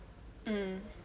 mm